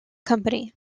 company